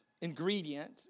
ingredient